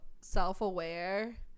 self-aware